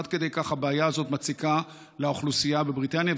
עד כדי כך הבעיה הזאת מציקה לאוכלוסייה בבריטניה.